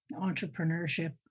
entrepreneurship